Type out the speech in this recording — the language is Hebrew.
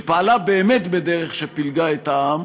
שפעלה באמת בדרך שפילגה את העם,